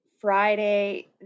Friday